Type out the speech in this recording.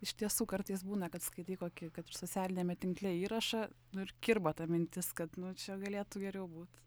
iš tiesų kartais būna kad skaitai kokį kad ir socialiniame tinkle įrašą nu ir kirba ta mintis kad nu čia galėtų geriau būt